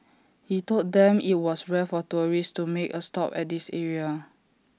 he told them that IT was rare for tourists to make A stop at this area